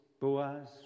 Boaz